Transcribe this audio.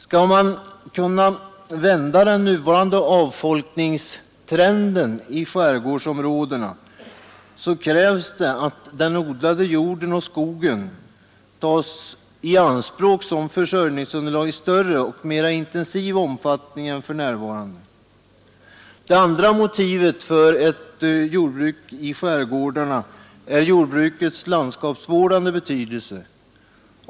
Skall man kunna vända den nuvarande avfolkningstrenden i skärgårdsområdena, krävs att den odlade jorden och skogen tas i anspråk i större och mera intensiv omfattning än för närvarande. Det andra motivet för ett jordbruk i skärgårdarna är jordbrukets landskapsvårdande betydelse.